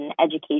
education